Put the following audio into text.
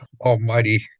Almighty